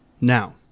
Now